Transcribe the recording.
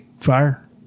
fire